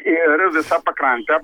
ir visą pakrantę